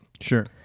Sure